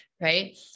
right